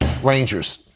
rangers